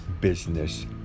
business